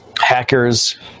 hackers